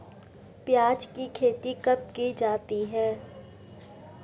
प्याज़ की खेती कब की जाती है?